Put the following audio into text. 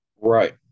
right